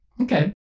Okay